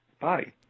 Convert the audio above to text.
Bye